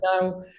now